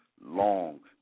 long